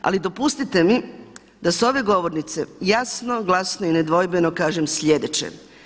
Ali dopustite mi da s ove govornice, jasno, glasno i nedvojbeno kažem sljedeće.